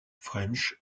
french